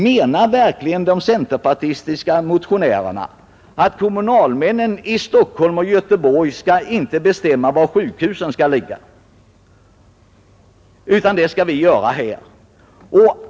Menar verkligen de centerpartistiska motionärerna att kommunalmännen i Stockholm och Göteborg inte själva skall få bestämma var sjukhusen skall ligga, utan att riksdagen skall göra det?